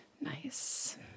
Nice